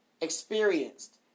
experienced